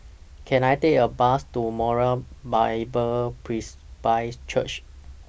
Can I Take A Bus to Moriah Bible Presby Church